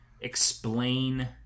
explain